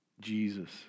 Jesus